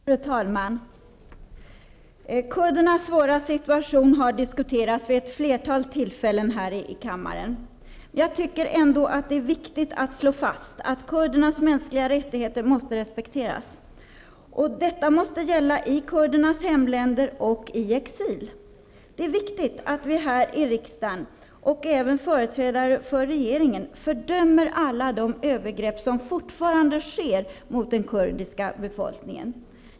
Fru talman! Kurdernas svåra situation har diskuterats vid ett flertal tillfällen här i kammaren. Jag tycker att det är viktigt att slå fast att kurdernas mänskliga rättigheter måste respekteras. Detta måste gälla i kurdernas hemländer och i exil. Det är viktigt att vi här i riksdagen, och det gäller även företrädare för regeringen, fördömer alla de övergrepp som fortfarande sker mot den kurdiska befolkningen.